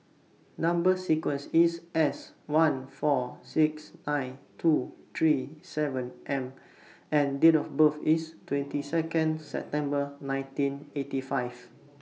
Number sequence IS S one four six nine two three seven M and Date of birth IS twenty Second September nineteen eighty five